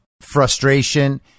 frustration